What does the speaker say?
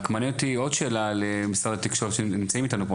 רק מעניין אותי עוד שאלה למשרד התקשורת שנמצאים אתנו פה?